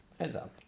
esatto